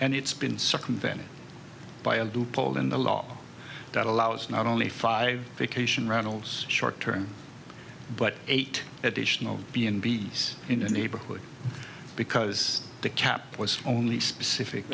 and it's been circumvented by a loophole in the law that allows not only five vacation rentals short term but eight additional b and b s in the neighborhood because the cap was only specific